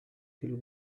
till